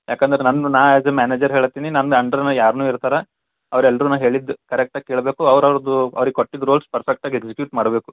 ಯಾಕಂದ್ರೆ ನನ್ನ ನಾ ಆ್ಯಸ್ ಎ ಮ್ಯಾನೇಜರ್ ಹೇಳಹತ್ತೀನಿ ನನ್ನ ಅಂಡರ್ನು ಯಾರ್ನು ಇರ್ತಾರೆ ಅವ್ರು ಎಲ್ರೂನು ಹೇಳಿದ್ದು ಕರೆಕ್ಟಾಗಿ ಕೇಳಬೇಕು ಅವ್ರು ಅವ್ರದ್ದು ಅವ್ರಿಗೆ ಕೊಟ್ಟಿದ್ದ ರೋಲ್ಸ್ ಪರ್ಫೆಕ್ಟಾಗಿ ಎಕ್ಸಿಕ್ಯೂಟ್ ಮಾಡಬೇಕು